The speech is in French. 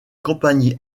compagnie